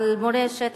על מורשת,